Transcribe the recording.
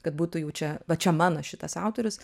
kad būtų jaučia va čia mano šitas autorius